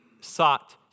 sought